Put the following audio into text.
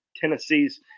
Tennessee's